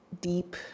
deep